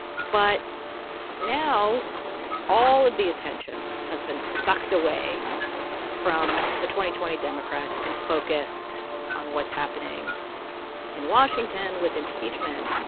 but now all of the attention has been sucked away from the twenty twenty democrats and focused on what's happening in washington with impeachment.